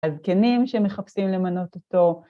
הזקנים שמחפשים למנות אותו.